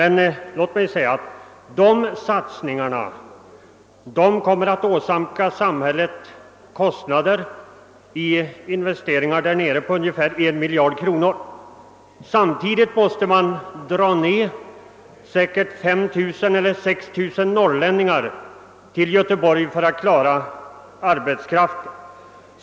Volvos satsningar 1 Göteborg kommer att åsamka samhället kostnader i investeringar på ungefär en miljard kronor. Samtidigt måste man säkerligen flytta ned 5 000—6 000 norrlänningar till Göteborg för att täcka arbetskraftsbehovet.